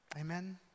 Amen